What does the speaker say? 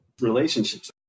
relationships